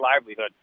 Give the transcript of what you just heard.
livelihood